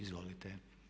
Izvolite.